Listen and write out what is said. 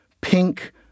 pink